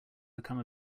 become